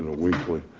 weekly.